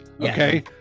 Okay